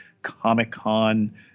comic-con